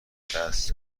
دست